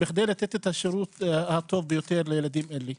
כדי לתת את השירות הטוב ביותר לילדים אלה.